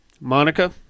Monica